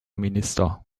minister